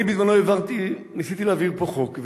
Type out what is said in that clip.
אני בזמנו העברתי, ניסיתי להעביר פה חוק.